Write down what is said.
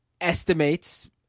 estimates